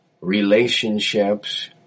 relationships